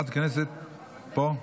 פה?